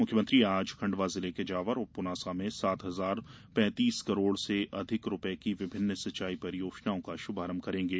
मुख्यमंत्री आज खंडवा जिले के जावर और पुनासा में सात हजार पैंतीस करोड़ से अधिक रूपये की विभिन्न सिंचाई परियोजना का शुभारंभ करेंगे